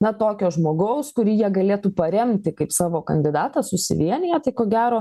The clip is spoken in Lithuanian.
na tokio žmogaus kurį jie galėtų paremti kaip savo kandidatą susivieniję tai ko gero